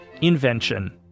invention